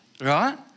right